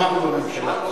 תמכנו בממשלה.